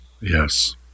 yes